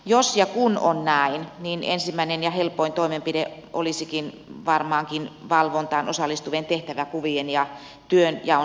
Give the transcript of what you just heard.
jos ja kun on näin ensimmäinen ja helpoin toimenpide olisikin varmaankin valvontaan osallistuvien tehtävänkuvien ja työnjaon selkeyttäminen